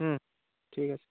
হুম ঠিক আছে